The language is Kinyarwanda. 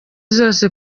zose